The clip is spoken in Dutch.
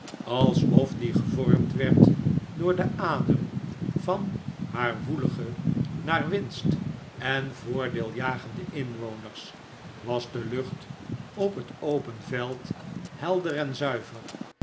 alsof die gevormd werd door den adem van haar woelige naar winst en voordeel jagende inwoners was de lucht op het open veld helder en zuiver